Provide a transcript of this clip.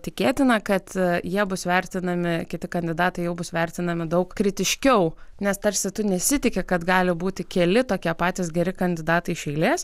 tikėtina kad jie bus vertinami kiti kandidatai jau bus vertinami daug kritiškiau nes tarsi tu nesitiki kad gali būti keli tokie patys geri kandidatai iš eilės